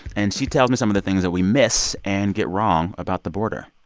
and she tells me some of the things that we miss and get wrong about the border.